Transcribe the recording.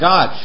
God